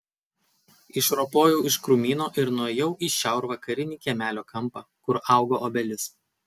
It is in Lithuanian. išropojau iš krūmyno ir nuėjau į šiaurvakarinį kiemelio kampą kur augo obelis